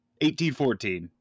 1814